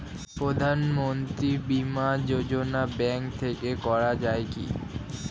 প্রধানমন্ত্রী বিমা যোজনা ব্যাংক থেকে করা যায় কি?